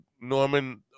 Norman